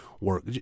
work